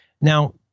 Now